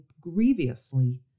grievously